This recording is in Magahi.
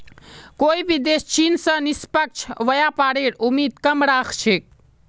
कोई भी देश चीन स निष्पक्ष व्यापारेर उम्मीद कम राख छेक